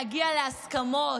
להגיע להסכמות.